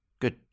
good